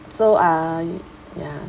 so uh you ya